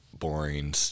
boring